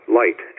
light